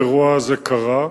האירוע הזה קרה,